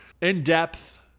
in-depth